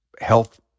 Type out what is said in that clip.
health